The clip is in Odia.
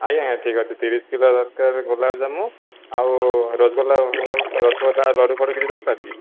ଆଜ୍ଞା ଠିକ୍ଅଛି ତିରିଶ କିଲୋ ଦରକାର ଗୋଲାମଜାମୁ ଆଉ ରସଗୋଲା ରସଗୋଲା ଲଡ଼ୁ ଫଡ଼ୁ କିଛି ଦରକାର କି